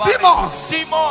Demons